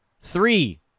Three